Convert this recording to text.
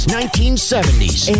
1970s